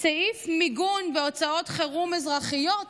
מסעיף מיגון והוצאות חירום אזרחיות,